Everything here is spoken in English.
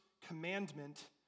commandment